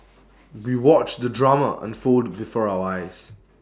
we watched the drama unfold before our eyes